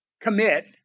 commit